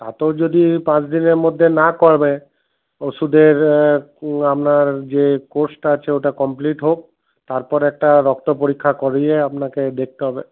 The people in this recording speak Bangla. তাতেও যদি পাঁচ দিনের মধ্যে না কমে ওষুধের আপনার যে কোর্সটা আছে ওটা কমপ্লিট হোক তারপর একটা রক্ত পরীক্ষা করিয়ে আপনাকে দেখতে হবে